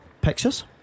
pictures